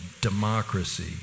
democracy